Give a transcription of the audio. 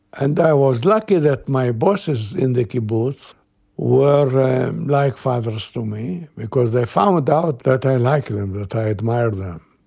and i was lucky that my bosses in the kibbutz were um like fathers to me, because they found out that i like them, that i admire them.